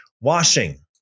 washing